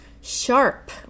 sharp